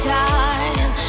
time